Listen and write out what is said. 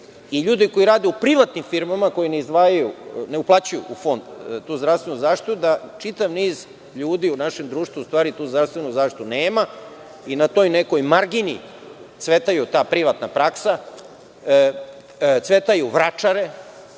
i ljude koji rade u privatnim firmama, koji ne uplaćuju u fond tu zdravstvenu zaštitu, da čitav niz ljudi u našem društvu u stvari tu zdravstvenu zaštitu nema i na toj nekoj margini cveta ta privatna praksa, cvetaju vračare,